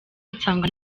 nsanga